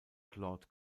claude